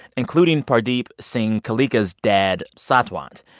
including pardeep singh kaleka's dad, satwant.